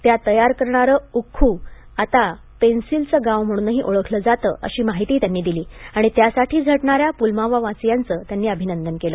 त्या तयार करणारं उख्खू तर आता पेन्सील गाव म्हणूनच ओळखलं जातं अशी माहितीही त्यांनी दिली आणि त्यासाठी झटणाऱ्या पुलवामावासियांचं अभिनंदन केलं